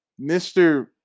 Mr